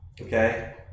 okay